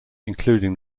including